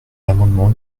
l’amendement